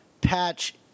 Patch